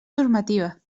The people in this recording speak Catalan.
normativa